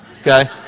okay